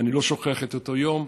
ואני לא שוכח את אותו יום.